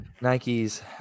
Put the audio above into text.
Nike's